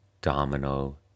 domino